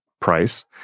price